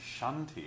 Shanti